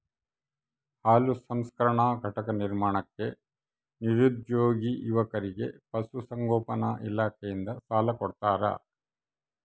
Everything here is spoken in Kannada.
ಹಾಲು ಸಂಸ್ಕರಣಾ ಘಟಕ ನಿರ್ಮಾಣಕ್ಕೆ ನಿರುದ್ಯೋಗಿ ಯುವಕರಿಗೆ ಪಶುಸಂಗೋಪನಾ ಇಲಾಖೆಯಿಂದ ಸಾಲ ಕೊಡ್ತಾರ